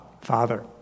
Father